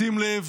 שים לב,